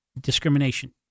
discrimination